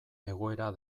egoera